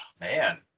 man